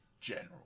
general